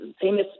famous